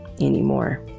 anymore